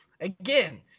Again